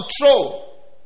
control